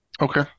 Okay